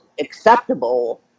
acceptable